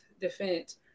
defense